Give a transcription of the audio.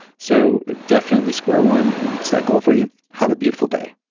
so definitely, square one meets that goal for you. have a beautiful day